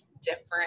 different